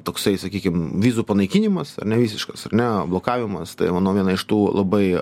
toksai sakykim vizų panaikinimas ar ne visiškas ar ne blokavimas tai manau viena iš tų labai